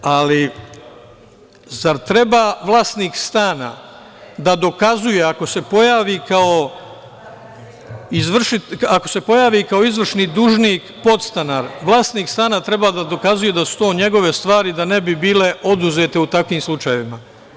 Ali, zar treba vlasnik stana da dokazuje, ako se pojavi kao izvršni dužnik podstanar, vlasnik stana treba da dokazuje da su to njegove stvari da ne bi bile oduzete u takvim slučajevima?